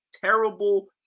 Terrible